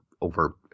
over